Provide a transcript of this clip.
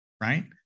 right